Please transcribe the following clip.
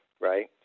right